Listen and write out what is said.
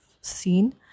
seen